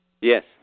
Yes